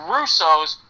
Russos